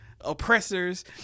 oppressors